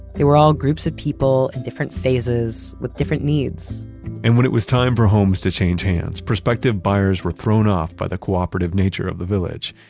they were all groups of people in different phases, with different needs and when it was time for homes to change hands, prospective buyers were thrown off by the cooperative nature of the village.